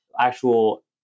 actual